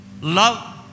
love